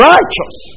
Righteous